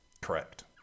correct